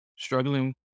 struggling